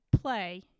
play